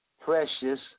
precious